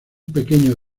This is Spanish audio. pequeño